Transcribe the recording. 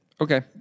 Okay